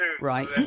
right